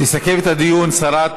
תסכם את הדיון שרת